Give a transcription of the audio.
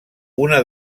una